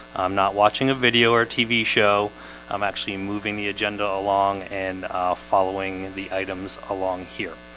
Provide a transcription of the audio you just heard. i'm not watching a video or tv show i'm actually moving the agenda along and following and the items along here